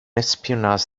espionage